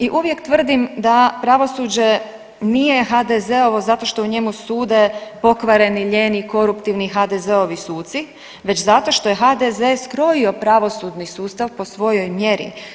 I uvijek tvrdim da pravosuđe nije HDZ-ovo zato što u njemu sude pokvareni, lijeni koruptivni HDZ-ovi suci već zašto što je HDZ skrojio pravosudni sustav po svojoj mjeri.